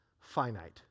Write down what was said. finite